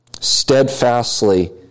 steadfastly